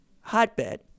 hotbed